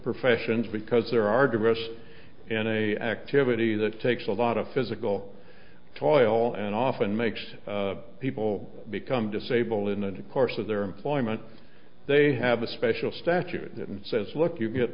professions because there are dressed in a activity that takes a lot of physical toil and often makes people become disabled in a course of their employment they have a special statute and says look you get